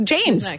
James